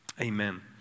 amen